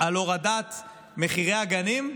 על הורדת מחירי הגנים,